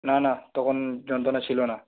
না না তখন যন্ত্রণা ছিল না